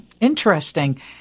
Interesting